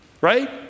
Right